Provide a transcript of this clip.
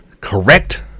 correct